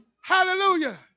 hallelujah